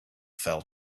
fell